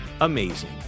amazing